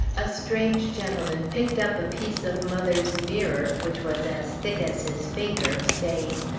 a strange gentleman picked up a piece of mother's mirror, which was as thick as his finger, saying,